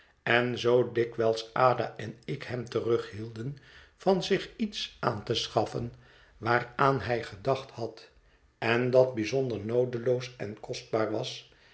en zoo dikwijls ada en ik hem terughielden van zich iets aan te schaffen waaraan hij gedacht had en dat bijzonder noodeloos en kostbaar was